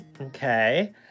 Okay